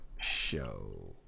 Show